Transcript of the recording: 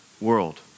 world